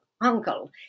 Uncle